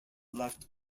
left